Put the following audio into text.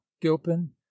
gilpin